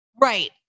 Right